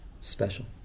Special